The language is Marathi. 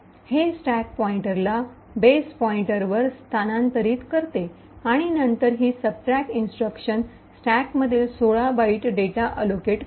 हे स्टॅक पॉईंटरला बेस पॉईंटर वर स्थानांतरित करते आणि नंतर ही subtract इंस्ट्रक्शन स्टॅकमधील १६ बाइट डेटा अलोकेट